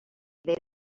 they